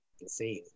insane